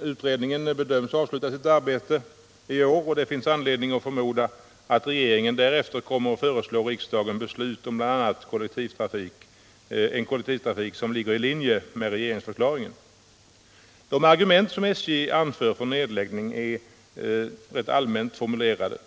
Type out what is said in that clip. Utredningen bedöms avsluta sitt arbete i år, och det finns anledning att förmoda att regeringen därefter kommer att föreslå riksdagen att fatta beslut bl.a. om en kollektivtrafik som ligger i linje med regeringsförklaringen. De argument för nedläggning som SJ anför är rätt allmänt formulerade.